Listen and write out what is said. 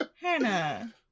Hannah